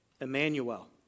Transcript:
Emmanuel